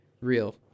real